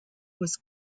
was